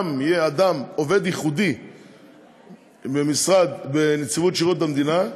יהיה אדם, עובד ייעודי בנציבות שירות המדינה,